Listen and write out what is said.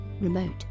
remote